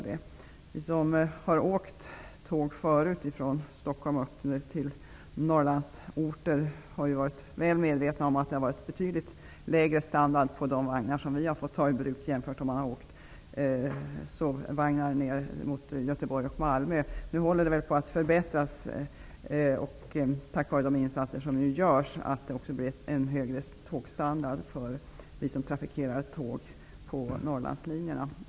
Vi som har åkt tåg förut från Stockholm upp till Norrlandsorter har varit väl medvetna om att det varit betydligt lägre standard på de vagnar som vi har fått ta i bruk, jämfört med om man åkt sovvagn ner mot Göteborg och Malmö. Nu håller förhållandena väl på att förbättras tack vare de insatser som görs, så att standarden blir högre för oss som reser med tåg på Norrlandslinjerna.